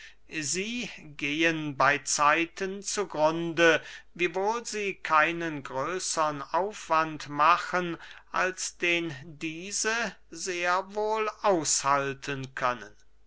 sie gehen bey zeiten zu grunde wiewohl sie keinen größern aufwand machen als den diese sehr wohl aushalten können